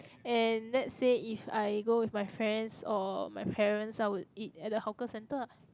and let's say if I go with my friends or my parents I will eat at the hawker centre lah